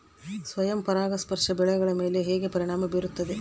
ಸ್ವಯಂ ಪರಾಗಸ್ಪರ್ಶ ಬೆಳೆಗಳ ಮೇಲೆ ಹೇಗೆ ಪರಿಣಾಮ ಬೇರುತ್ತದೆ?